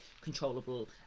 controllable